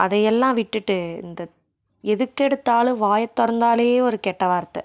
அதையெல்லாம் விட்டுட்டு இந்த எதுக்கெடுத்தாலும் வாயத்திறந்தாலே ஒரு கெட்டவார்த்தை